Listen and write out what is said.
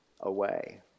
away